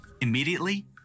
Immediately